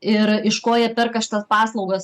ir iš ko jie perka šitas paslaugas